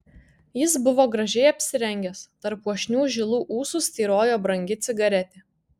jis buvo gražiai apsirengęs tarp puošnių žilų ūsų styrojo brangi cigaretė